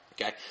Okay